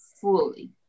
fully